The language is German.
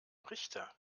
richter